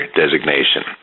designation